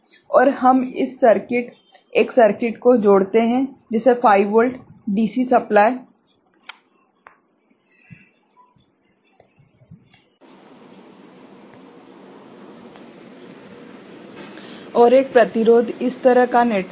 और हम इस तरह एक सर्किट को जोड़ते हैं जैसे 5 वोल्ट DC सप्लाय और एक प्रतिरोध इस तरह का नेटवर्क